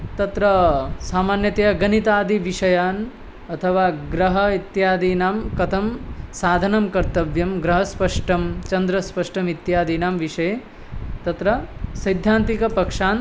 तत्र सामान्यतया गणितादिविषयान् अथवा ग्रह इत्यादीनां कथं साधनं कर्तव्यं ग्रहस्पष्टं चन्द्रस्पष्टम् इत्यादीनां विषये तत्र सैद्धान्तिकपक्षान्